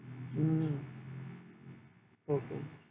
mm okay